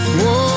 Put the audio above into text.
whoa